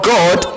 God